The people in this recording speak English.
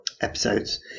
episodes